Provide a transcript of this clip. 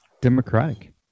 Democratic